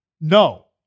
no